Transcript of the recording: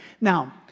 now